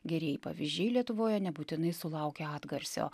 gerieji pavyzdžiai lietuvoje nebūtinai sulaukia atgarsio